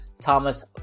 Thomas